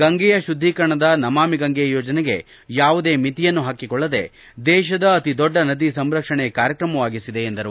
ಗಂಗೆಯ ಶುದ್ಲೀಕರಣದ ನಮಾಮಿ ಗಂಗೆ ಯೋಜನೆಗೆ ಯಾವುದೇ ಮಿತಿಯನ್ನು ಹಾಕಿಕೊಳ್ಳದೇ ದೇಶದ ಅತಿದೊಡ್ಡ ನದಿ ಸಂರಕ್ಷಣೆ ಕಾರ್ಯಕ್ರಮವಾಗಿಸಿದೆ ಎಂದರು